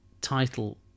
title